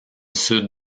sud